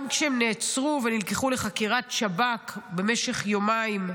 גם כשהם נעצרו ונלקחו לחקירת שב"כ במשך יומיים,